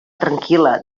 tranquil·la